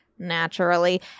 naturally